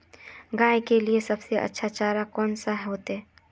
गाय के लिए सबसे अच्छा चारा कौन होते?